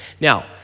Now